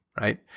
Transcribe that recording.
right